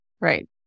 Right